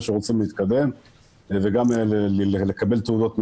שרוצים להתקדם וגם לקבל תעודות מקצועיות.